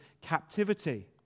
captivity